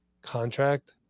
contract